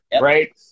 right